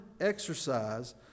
exercise